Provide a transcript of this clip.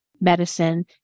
medicine